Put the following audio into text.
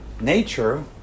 Nature